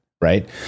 right